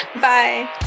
Bye